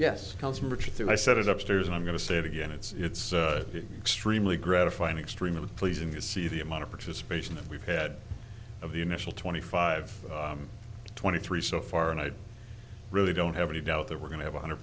three i set it up stairs and i'm going to say it again it's extremely gratifying extreme of pleasing to see the amount of participation that we've had of the initial twenty five twenty three so far and i really don't have any doubt that we're going to be one hundred